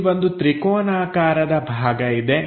ಇಲ್ಲಿ ಒಂದು ತ್ರಿಕೋನಾಕಾರದ ಭಾಗ ಇದೆ